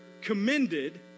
commended